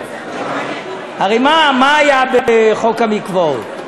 הרי מה היה בחוק המקוואות?